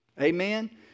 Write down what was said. Amen